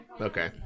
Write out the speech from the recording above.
okay